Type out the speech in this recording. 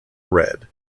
read